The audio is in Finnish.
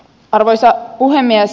arvoisa puhemies